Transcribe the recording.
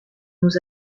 nous